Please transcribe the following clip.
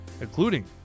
including